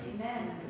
Amen